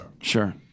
Sure